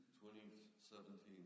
2017